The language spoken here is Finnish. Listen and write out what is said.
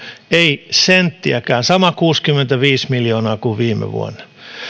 ei näy ei senttiäkään sama kuusikymmentäviisi miljoonaa kuin viime vuonna